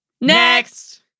Next